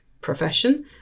profession